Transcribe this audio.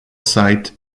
site